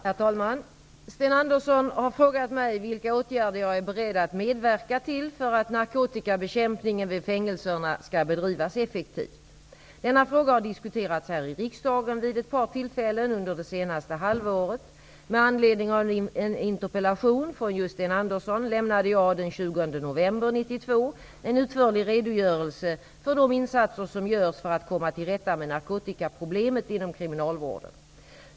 Herr talman! Sten Andersson har frågat mig vilka åtgärder jag är beredd att medverka till för att narkotikabekämpningen vid fängelserna skall bedrivas effektivt. Denna fråga har diskuterats här i riksdagen vid ett par tillfällen under det senaste halvåret. Med anledning av en interpellation från just Sten Andersson lämnade jag den 20 november 1992 en utförlig redogörelse för de insatser som görs för att komma till rätta med narkotikaproblemet inom kriminalvården.